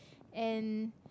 and